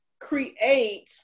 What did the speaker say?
create